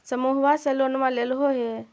समुहवा से लोनवा लेलहो हे?